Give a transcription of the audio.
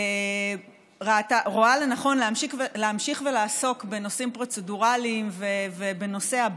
רואה לנכון להמשיך ולעסוק בנושאים פרוצדורליים ובנושאי